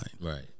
Right